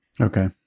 Okay